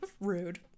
Rude